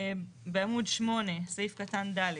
בעמוד 8 סעיף קטן ד'.